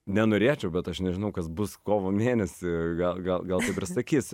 nenorėčiau bet aš nežinau kas bus kovo mėnesį gal gal gal taip ir sakys